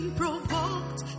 provoked